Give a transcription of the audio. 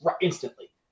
instantly